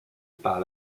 par